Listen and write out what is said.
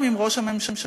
גם אם ראש הממשלה,